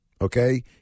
Okay